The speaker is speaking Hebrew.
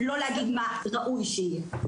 לא להגיד מה ראוי שיהיה.